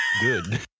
good